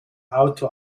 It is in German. auto